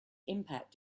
impact